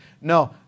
No